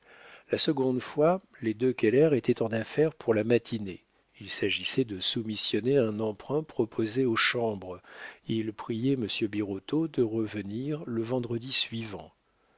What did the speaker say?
la seconde fois les deux keller étaient en affaire pour la matinée il s'agissait de soumissionner un emprunt proposé aux chambres ils priaient monsieur birotteau de revenir le vendredi suivant